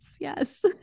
yes